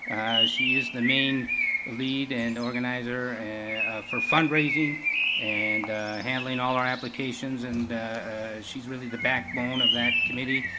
she is the main lead and organizer for fundraising and handling all our applications and she's really the backbone of that committee.